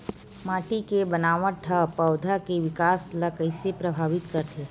माटी के बनावट हा पौधा के विकास ला कइसे प्रभावित करथे?